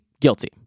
guilty